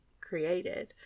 created